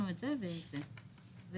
אנחנו